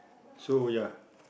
so ya